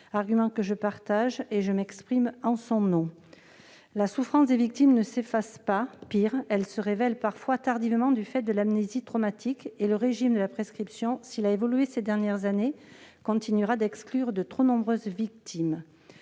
en son nom et partage ses arguments. La souffrance des victimes ne s'efface pas. Pis, elle se révèle parfois tardivement, du fait de l'amnésie traumatique. Le régime de la prescription, s'il a évolué ces dernières années, continuera d'exclure de trop nombreuses victimes.